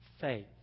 faith